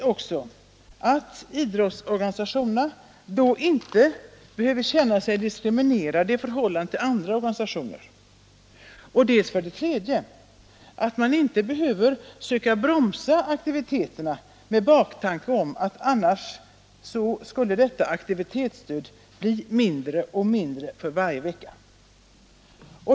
Innebär det att idrottsorganisationerna då inte behöver känna sig diskriminerade i förhållande till andra organisationer och till sist att man icke behöver söka bromsa aktiviteterna med baktanken att annars skulle detta aktivitetsstöd bli mindre och mindre för varje vecka.